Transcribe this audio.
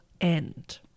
end